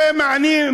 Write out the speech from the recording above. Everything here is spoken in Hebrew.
זה מעניין.